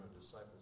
disciples